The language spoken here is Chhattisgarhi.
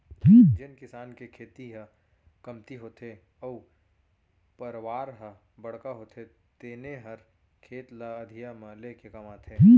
जेन किसान के खेती ह कमती होथे अउ परवार ह बड़का होथे तेने हर खेत ल अधिया म लेके कमाथे